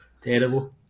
terrible